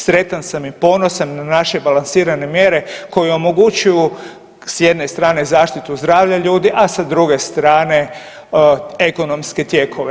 Sretan sam i ponosan na naše balansirane mjere koje omogućuju s jedne strane zaštitu zdravlja ljudi, a sa druge strane ekonomske tijekove.